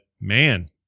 man